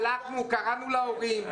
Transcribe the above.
קראנו להורים,